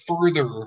further